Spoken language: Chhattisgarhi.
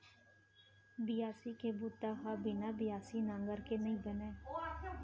बियासी के बूता ह बिना बियासी नांगर के नइ बनय